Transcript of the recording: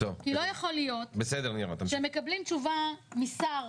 כי לא יכול להיות שמקבלים תשובה משר